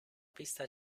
pista